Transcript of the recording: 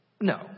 No